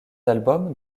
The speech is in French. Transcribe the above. albums